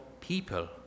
people